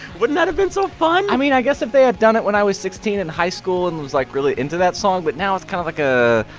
wouldn't that have been so fun? i mean, i guess if they had done it when i was sixteen in high school and was, like, really into that song. but now it's kind of, like ah